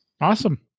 Awesome